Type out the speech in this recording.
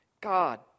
God